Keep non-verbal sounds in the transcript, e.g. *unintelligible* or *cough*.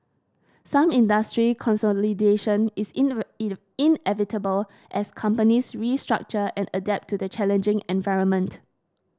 some industry consolidation is *unintelligible* inevitable as companies restructure and adapt to the challenging environment